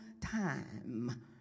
time